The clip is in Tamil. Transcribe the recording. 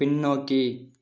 பின்னோக்கி